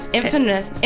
infamous